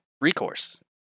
recourse